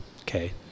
okay